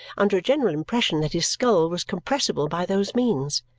under a general impression that his skull was compressible by those means.